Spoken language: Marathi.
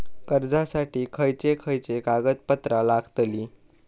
कर्जासाठी खयचे खयचे कागदपत्रा लागतली?